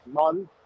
month